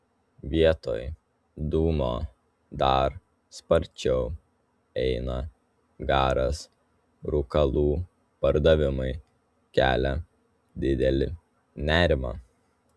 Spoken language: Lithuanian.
vietoj dūmo dar sparčiau eina garas rūkalų pardavimai kelia didelį nerimą